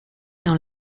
dans